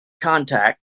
contact